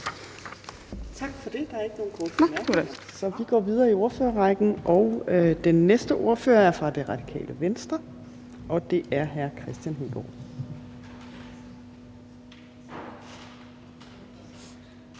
Tak for det. Der er ikke nogen korte bemærkninger, så vi går videre i ordførerrækken. Den næste ordfører er fra Det Radikale Venstre, og det er hr. Kristian Hegaard.